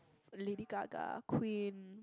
Lady-Gaga queen